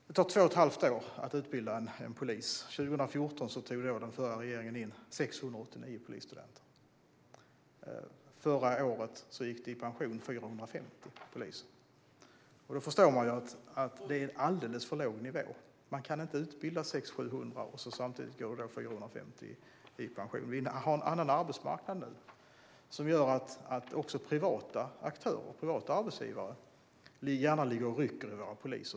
Det tar två och ett halvt år att utbilda en polis. År 2014 tog den förra regeringen in 689 polisstudenter, och förra året gick 450 poliser i pension. Man förstår att det är en alldeles för låg nivå: 600-700 utbildas, men samtidigt går 450 i pension. Vi har en annan arbetsmarknad nu, som gör att också privata aktörer och arbetsgivare gärna rycker i våra poliser.